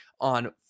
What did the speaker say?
on